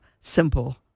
Simple